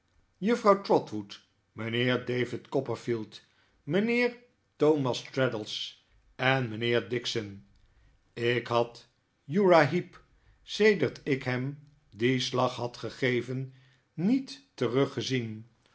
juffrouw trotwood mijnheer david copperfield mijnheer thomas traddles en mijnheer dixon op het kantoor van wickfield en heep ik had uriah heep sedert ik hem dien slag had gegeven niet teruggezien